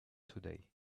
today